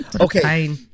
Okay